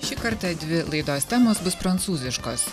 šį kartą dvi laidos temos bus prancūziškos